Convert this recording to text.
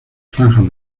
franjas